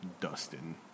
dustin